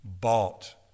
bought